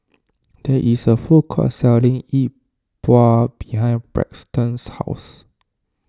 there is a food court selling Yi Bua behind Braxton's house